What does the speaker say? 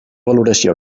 valoració